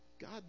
God